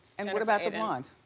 and what about the blond?